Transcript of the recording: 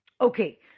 Okay